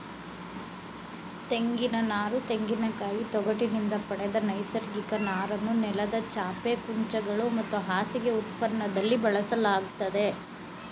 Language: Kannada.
ತೆಂಗಿನನಾರು ತೆಂಗಿನಕಾಯಿ ತೊಗಟಿನಿಂದ ಪಡೆದ ನೈಸರ್ಗಿಕ ನಾರನ್ನು ನೆಲದ ಚಾಪೆ ಕುಂಚಗಳು ಮತ್ತು ಹಾಸಿಗೆ ಉತ್ಪನ್ನದಲ್ಲಿ ಬಳಸಲಾಗ್ತದೆ